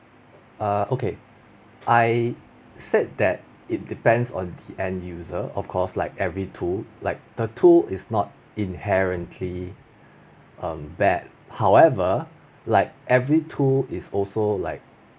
err okay I said that it depends on the end-user of course like every tool like the tool is not inherently um bad however like every tool is also like